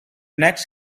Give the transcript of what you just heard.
next